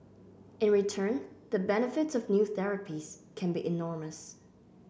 in return the benefits of new therapies can be enormous